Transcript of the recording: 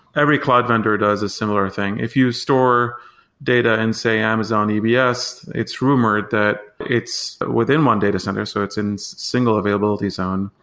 every cloud vendor does a similar thing. if you store data in, say, amazon ebs, it's rumored that it's within one data center. so it's in single availability zone,